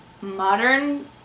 modern